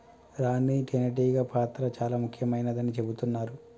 రాణి తేనే టీగ పాత్ర చాల ముఖ్యమైనదని చెబుతున్నరు